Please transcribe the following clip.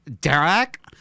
Derek